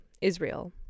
Israel